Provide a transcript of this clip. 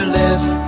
lips